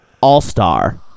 All-star